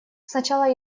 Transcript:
сначала